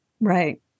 Right